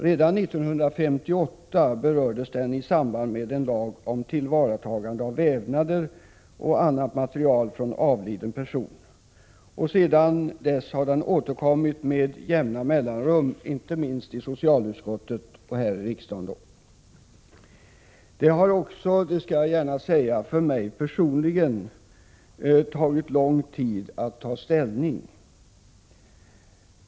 Redan 1958 berördes den i samband med en lag om tillvaratagande av vävnader och annat material från avliden person. Sedan har den återkommit med jämna mellanrum, inte minst i socialutskottet och riksdagen. Det har också för mig tagit tid att ta ställning.